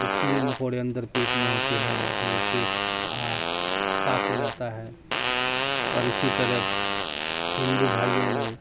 جو کیڑے مکوڑے اندر پیٹ میں ہوتے ہیں وہ پیٹ صاف ہوجاتا ہے اور اسی طرح ہندو بھائیوں میں